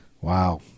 wow